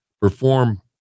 perform